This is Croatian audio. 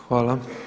Hvala.